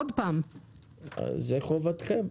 זאת חובתכם.